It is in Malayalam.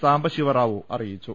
സാംബശിവറാവു അറിയിച്ചു